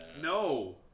No